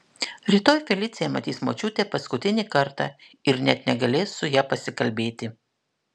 rytoj felicija matys močiutę paskutinį kartą ir net negalės su ja pasikalbėti